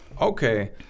Okay